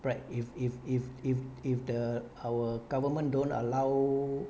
bright if if if if if the our government don't allow